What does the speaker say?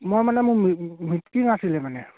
মই মানে মোক মি মিটিং আছিলে মানে